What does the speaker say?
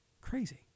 Crazy